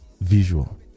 visual